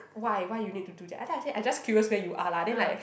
why why you need to do that after that I said I just curious where you are lah then like